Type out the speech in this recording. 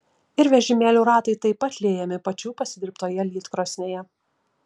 ir vežimėlių ratai taip pat liejami pačių pasidirbtoje lydkrosnėje